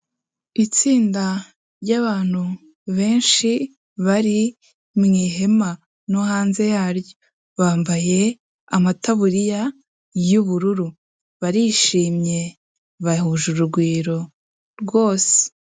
Itsinda ry'abantu benshi bari mu ihema no hanze yaryo bambaye amataburiya y'ubururu barishimye bahuje urugwiro rwose.